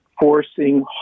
forcing